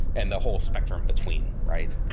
and the whole spectrum between, right?